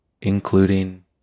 including